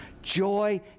Joy